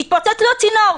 התפוצץ לו הצינור,